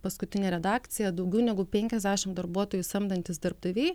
paskutinė redakcija daugiau negu penkiasdešimt darbuotojų samdantys darbdaviai